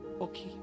okay